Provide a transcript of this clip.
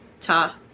ta